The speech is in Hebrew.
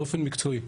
באופן מקצועי.